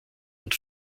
und